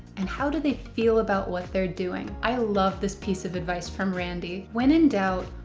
and how do they feel about what they are doing. i love this piece of advice from randy. when in doubt,